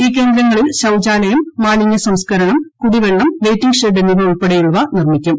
ഈ കേന്ദ്രങ്ങളിൽ ശൌചാലയം മാലിന്യ സംസ്കരണം കുടിവെള്ളം വെയിറ്റിംഗ് ഷെഡ് എന്നിവ ഉൾപ്പെടെയുള്ളവ നിർമ്മിക്കും